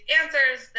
answers